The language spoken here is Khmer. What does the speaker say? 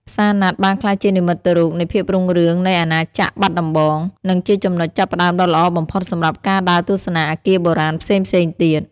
ផ្សារណាត់បានក្លាយជានិមិត្តរូបនៃភាពរុងរឿងនៃអាណាចក្របាត់ដំបង និងជាចំណុចចាប់ផ្តើមដ៏ល្អបំផុតសម្រាប់ការដើរទស្សនាអគារបុរាណផ្សេងៗទៀត។